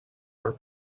are